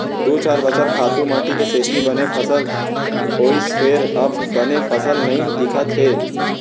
दू चार बछर खातू माटी के सेती बने फसल होइस फेर अब बने फसल नइ दिखत हे